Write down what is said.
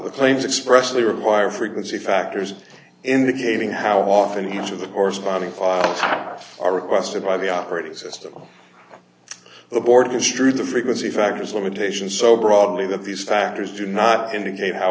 the claims expressly require frequency factors indicating how often each of the corresponding files are all requested by the operating system the board is true the frequency factors limitations so broadly that these factors do not indicate how